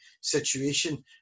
situation